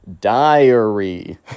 diary